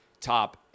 top